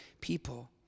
people